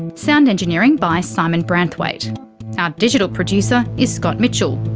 sound engineering by simon branthwaite our digital producer is scott mitchell.